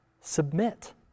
Submit